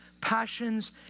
passions